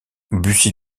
bucy